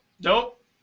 Nope